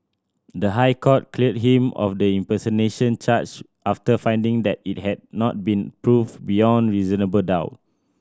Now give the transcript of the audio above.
the High Court cleared him of the impersonation charge after finding that it had not been proven beyond reasonable doubt